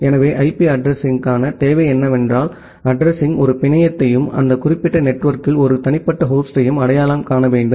எனவே ஐபி அட்ரஸிங்க்கான தேவை என்னவென்றால் அட்ரஸிங்ஒரு பிணையத்தையும் அந்த குறிப்பிட்ட நெட்வொர்க்கிற்குள் ஒரு தனிப்பட்ட ஹோஸ்டையும் அடையாளம் காண வேண்டும்